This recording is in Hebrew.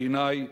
בעיני,